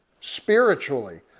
spiritually